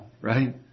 Right